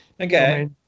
Okay